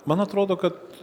man atrodo kad